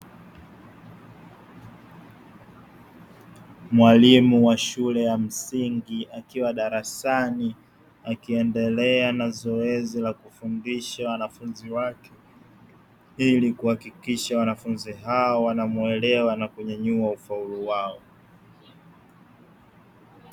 Mwalimu wa shule ya msingi akiwa darasani akiendelea na zoezi la kufundisha wanafunzi wake, ili kuhakikisha wanafunzi hawa wanamuelewa na kunyanyua ufaulu wao.